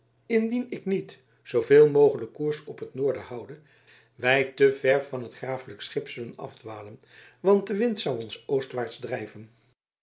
indien ik niet zooveel mogelijk koers op het noorden houde wij te ver van het grafelijk schip zullen afdwalen want de wind zou ons oostwaarts drijven